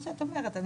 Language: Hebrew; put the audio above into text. שאמרתי,